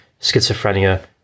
schizophrenia